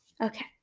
Okay